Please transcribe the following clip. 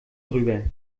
drüber